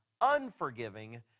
unforgiving